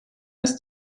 ist